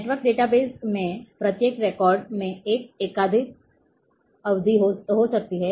network database में प्रत्येक record में एक एकाधिक अवधि हो सकती है